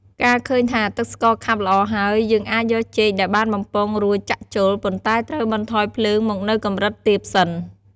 កាលឃើញថាទឹកស្ករខាប់ល្អហើយ យើងអាចយកចេកដែលបានបំពងរួចចាក់ចូល ប៉ុន្តែត្រូវបន្ថយភ្លើងមកនៅកម្រិតទាបសិន។